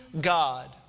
God